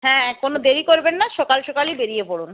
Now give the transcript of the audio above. হ্যাঁ কোনো দেরি করবেন না সকাল সকালই বেরিয়ে পড়ুন